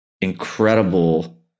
incredible